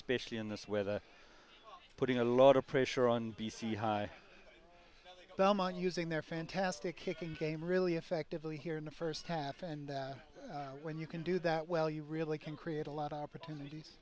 specially in this weather putting a lot of pressure on b c high belmont using their fantastic kicking game really effectively here in the first half and when you can do that well you really can create a lot of opportunities